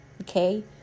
okay